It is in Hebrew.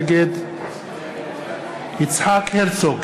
נגד יצחק הרצוג,